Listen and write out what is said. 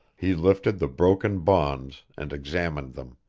he lifted the broken bonds and examined them.